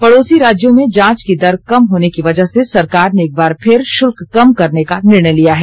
पड़ोरी राज्यों ने जांच की दर कम होने की वजह से सरकार ने एक बार फिर शुल्क कम करने का निर्णय लिया है